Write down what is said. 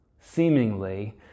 seemingly